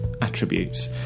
attributes